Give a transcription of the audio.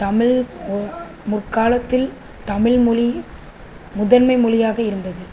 தமிழ் ஒரு முற்காலத்தில் தமிழ்மொலி முதன்மை மொழியாக இருந்தது